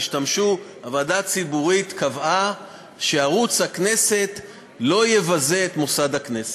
הוועדה הציבורית קבעה שערוץ הכנסת לא יבזה את מוסד הכנסת.